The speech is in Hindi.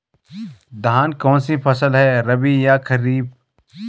धान कौन सी फसल है रबी या खरीफ?